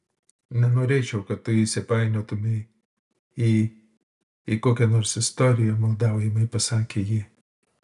nenorėčiau kad tu įsipainiotumei į į kokią nors istoriją maldaujamai pasakė ji